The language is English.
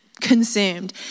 consumed